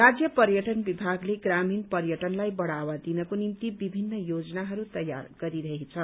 राज्य पर्यटन विभागले ग्रामीण पर्यटनलाई बढ़ावा दिनको निम्ति विभिन्न योजनाहरू तयार गरिरहेछ